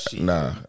Nah